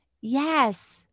Yes